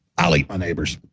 i'll eat my neighbors.